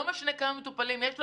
לא משנה כמה מטופלים יש לו,